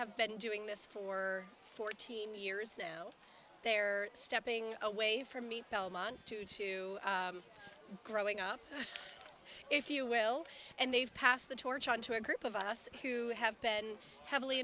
have been doing this for fourteen years now they're stepping away from me hellman to two growing up if you will and they've passed the torch on to a group of us who have been heavily